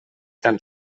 tan